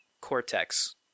cortex